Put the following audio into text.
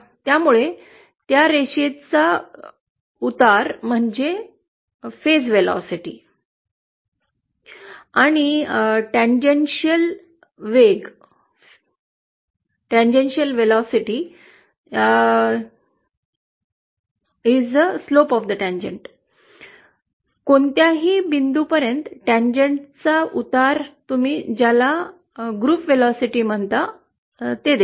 त्यामुळे त्या रेषेचा उतार म्हणजे टप्प्याचा वेग आणि टॅंजेंटल वेग टंजेंटचा उतार phase velocity and the tangential velocity slope of the tangent कोणत्याही बिंदूपर्यंत टांजेंटचा उतार तुम्ही ज्याला समूह वेग म्हणता ते देतो